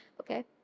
okay